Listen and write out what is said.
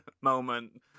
moment